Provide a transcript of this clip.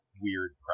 weird